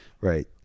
Right